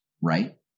right